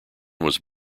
was